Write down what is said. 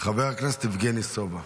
חבר הכנסת יבגני סובה.